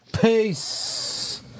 Peace